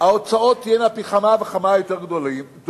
ההוצאות יהיו פי כמה וכמה יותר גדולות,